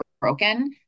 broken